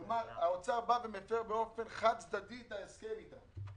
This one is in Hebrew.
כלומר האוצר בא ומפר באופן חד צדדי את ההסכם איתם.